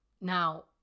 Now